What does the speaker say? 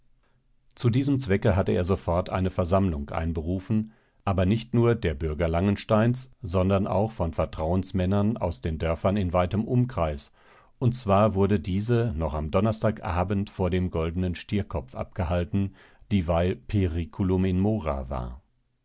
zu diesem zwecke hatte er sofort eine versammlung einberufen aber nicht nur der bürger langensteine sondern auch von vertrauensmännern aus den dörfern in weitem umkreis und zwar wurde diese noch am donnerstag abend vor dem goldenen stierkopf abgehalten dieweil periculum in mora war